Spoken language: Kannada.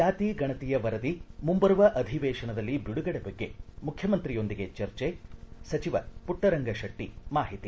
ಜಾತಿ ಗಣತಿಯ ವರದಿ ಮುಂಬರುವ ಅಧಿವೇಶನದಲ್ಲಿ ಬಿಡುಗಡೆ ಬಗ್ಗೆ ಮುಖ್ಯಮಂತ್ರಿಯೊಂದಿಗೆ ಚರ್ಚೆ ಸಚಿವ ಪುಟ್ಟರಂಗ ಶೆಟ್ಟಿ ಮಾಹಿತಿ